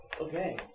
Okay